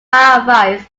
advice